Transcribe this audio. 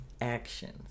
actions